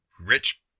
rich